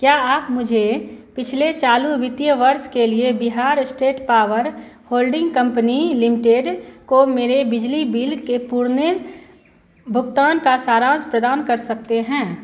क्या आप मुझे पिछले चालू वित्तीय वर्ष के लिए Bihar state power holding company limited को मेरे बिजली बिल के पुराने भुगतान का सारांश प्रदान कर सकते हैं